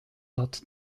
dat